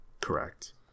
correct